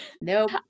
nope